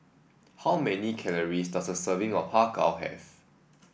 how many calorie does a serving of Har Kow have